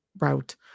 Route